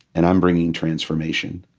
and i'm bringing transformation.